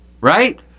right